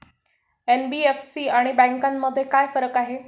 NBFC आणि बँकांमध्ये काय फरक आहे?